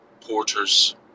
Porters